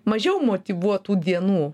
mažiau motyvuotų dienų